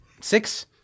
Six